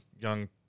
young